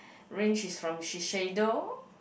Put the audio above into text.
range is from Shiseido